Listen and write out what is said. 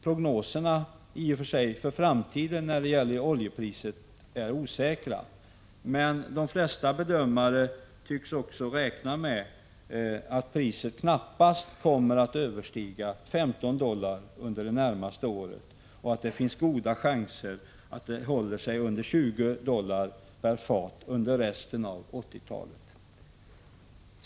Prognoserna för oljepriset i framtiden är i och för sig osäkra, men de flesta bedömare tycks räkna med att priset knappast kommer att överstiga 15 dollar under det närmaste året och att det finns goda chanser att det håller sig under 20 dollar per fat resten av 1980-talet.